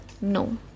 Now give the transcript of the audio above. no